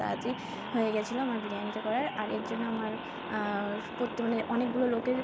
তাড়াতাড়ি হয়ে গিয়েছিল আমার বিরিয়ানিটা করার আর এর জন্য আমার মানে অনেকগুলো লোকের